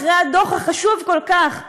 אחרי הדוח החשוב כל כך שיצא,